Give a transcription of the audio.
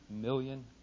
million